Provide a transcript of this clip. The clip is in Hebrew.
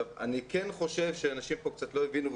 אני כן חושב שאנשים פה קצת לא הבינו.